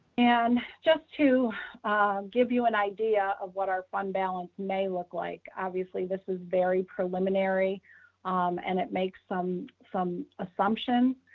and just to give you an idea of what our fund balance may look like, obviously this is very preliminary and it makes some some assumption,